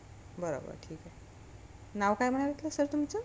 बरं बरं ठीक आहे नाव काय म्हणालात सर तुमचं